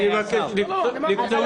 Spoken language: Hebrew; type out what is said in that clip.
אני מסכים אתך.